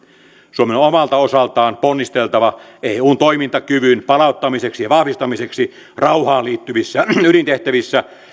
suomen on omalta osaltaan ponnisteltava eun toimintakyvyn palauttamiseksi ja vahvistamiseksi rauhaan liittyvissä ydintehtävissä